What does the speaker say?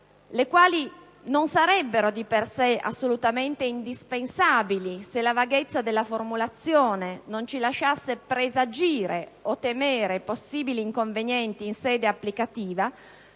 elementari, non sarebbero di per sé assolutamente indispensabili se la vaghezza della formulazione non ci lasciasse presagire o temere possibili inconvenienti in sede applicativa;